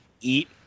eat